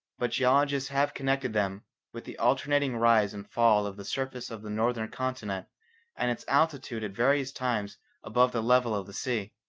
but geologists have connected them with the alternating rise and fall of the surface of the northern continent and its altitude at various times above the level of the sea.